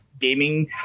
gaming